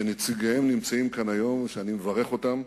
שנציגיהן נמצאים כאן היום, ואני מברך אותם,